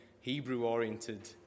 Hebrew-oriented